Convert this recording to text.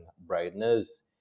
brightness